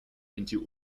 into